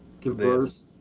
diverse